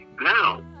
now